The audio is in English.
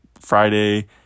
Friday